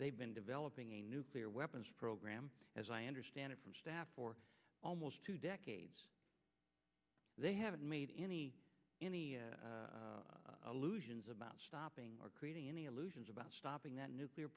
they've been developing a nuclear weapons program as i understand it from staff for almost two decades they haven't made any any allusions about stopping or creating any illusions about stopping that nuclear